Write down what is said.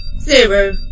zero